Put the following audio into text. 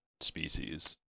species